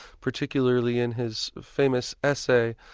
particularly in his famous essay,